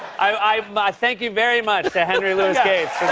i mean thank you very much to henry louis gates